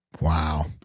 Wow